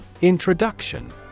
Introduction